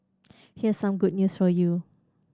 here's some good news for you